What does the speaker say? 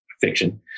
fiction